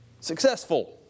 successful